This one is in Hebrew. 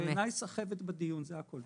בעיניי זה סחבת בדיון, זה הכל.